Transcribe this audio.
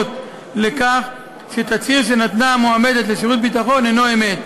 לכך שתצהיר שנתנה המועמדת לשירות ביטחון אינו אמת,